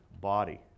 body